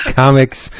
comics